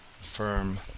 firm